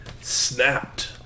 Snapped